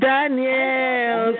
Daniel